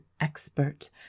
expert